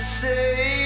say